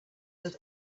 that